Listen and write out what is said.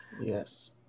Yes